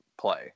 play